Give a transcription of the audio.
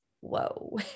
whoa